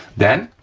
then,